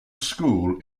school